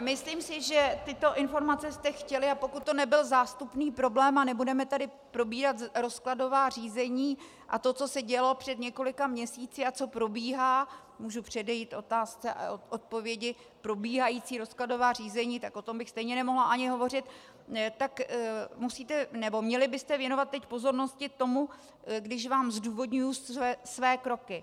Myslím si, že tyto informace jste chtěli, a pokud to nebyl zástupný problém a nebudeme tady probírat rozkladová řízení a to, co se dělo před několika měsíci a co probíhá můžu předejít otázce a odpovědi, probíhající rozkladová řízení, o tom bych stejně nemohla ani hovořit , tak musíte, nebo měli byste věnovat teď pozornost tomu, když vám zdůvodňuji své kroky.